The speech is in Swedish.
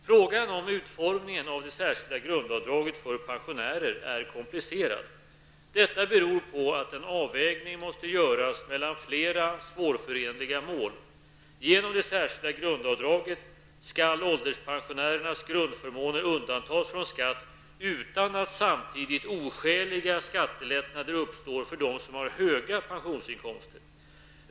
Frågan om utformningen av det särskilda grundavdraget för pensionärer är komplicerad. Detta beror på att en avvägning måste göras mellan flera svårförenliga mål. Genom det särskilda grundavdraget skall ålderspensionärernas grundförmåner undantas från skatt utan att samtidigt oskäliga skattelättnader uppstår för dem som har höga pensionsinkomster.